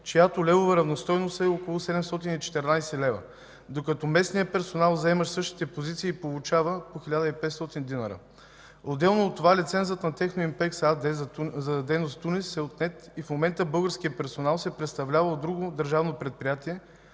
чиято левова равностойност е около 714 лв., докато местният персонал, заемащ същите позиции, получава по 1500 динара. Отделно от това лицензът на „Техноимпекс” АД за дейност в Тунис е отнет и в момента българският персонал се представлява от друго държавно предприятие